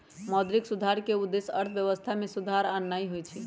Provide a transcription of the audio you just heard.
मौद्रिक सुधार के उद्देश्य अर्थव्यवस्था में सुधार आनन्नाइ होइ छइ